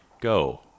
Go